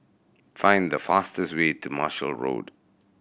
find the fastest way to Marshall Road